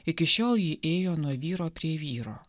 iki šiol ji ėjo nuo vyro prie vyro